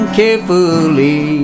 carefully